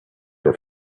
were